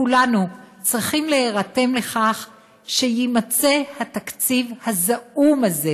כולנו צריכים להירתם לכך שיימצא התקציב הזעום הזה,